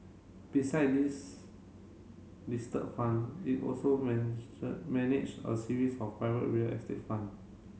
beside these listed fund it also manage a series of private real estate fund